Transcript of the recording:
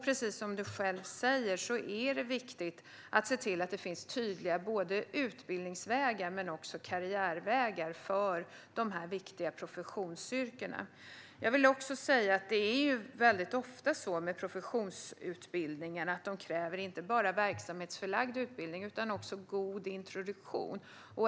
Precis som du själv säger är det viktigt att se till att det finns både tydliga utbildningsvägar och karriärvägar för de här viktiga professionsyrkena. Jag vill också säga att professionsutbildningarna ofta kräver inte bara verksamhetsförlagd utbildning utan också god introduktion.